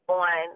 on